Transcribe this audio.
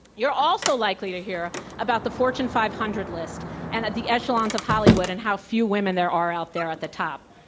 you're also likely to hear about the fortune five hundred list and at the echelons of hollywood and how few women there are out there at the top.